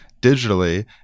digitally